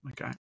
Okay